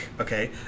okay